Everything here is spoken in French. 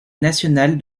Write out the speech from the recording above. nationale